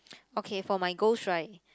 okay for my ghost right